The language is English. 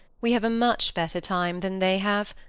we have a much better time than they have.